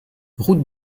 route